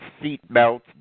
seatbelts